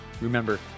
Remember